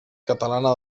catalana